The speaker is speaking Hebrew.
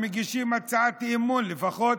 מגישים הצעת אי-אמון לפחות